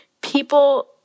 People